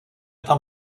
tam